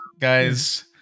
Guys